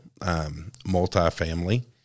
multifamily